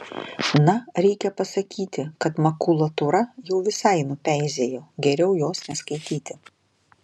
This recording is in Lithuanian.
na reikia pasakyti kad makulatūra jau visai nupeizėjo geriau jos neskaityti